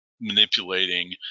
manipulating